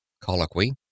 Colloquy